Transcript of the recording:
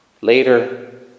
Later